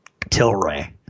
Tilray